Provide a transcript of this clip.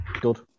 good